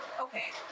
Okay